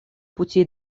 путей